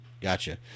Gotcha